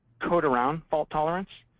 code-around fault tolerance.